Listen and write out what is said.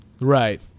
right